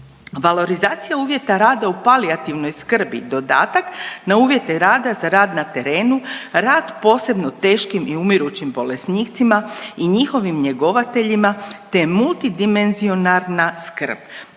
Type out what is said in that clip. Valorizacija uvjeta rada u palijativnoj skrbi dodatak na uvjete rada za rad na terenu, rad posebno teškim i umirućim bolesnicima i njihovim njegovateljima, te multi dimenzionarna skrb,